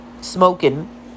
smoking